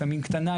לפעמים קטנה,